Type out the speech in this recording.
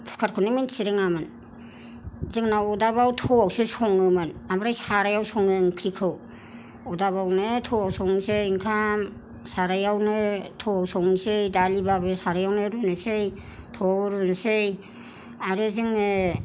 कुकार खौनो मिन्थिरोङामोन जोंना अरदाबाव थौआवसो सङोमोन ओमफ्राय सारायाव सङो ओंख्रिखौ अरदाबावनो थौआव संसै ओंखाम सारायावनो थौआव संनोसै दालिबाबो सारायावनो रुनोसै थौआव रुनोसै आरो जोङो